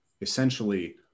essentially